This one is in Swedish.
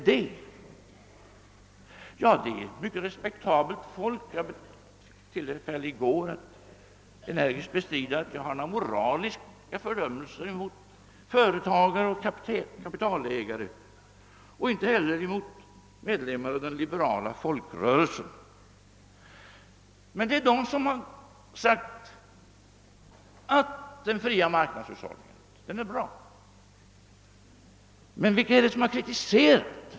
Det är mycket respektabelt folk — jag hade i går tillfälle att energiskt bestrida att jag moraliskt fördömer företagare och kapitalägare eller medlemmar av den liberala folkrörelsen. Det är dessa grupper som har uttalat att den fria marknadshushållningen är bra. Men vilka är det som har kritiserat?